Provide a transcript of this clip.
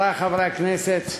חברי חברי הכנסת,